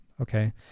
okay